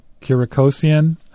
Kirikosian